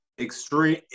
extreme